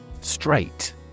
Straight